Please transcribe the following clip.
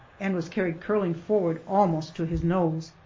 and was carried curling forward almost to his nose.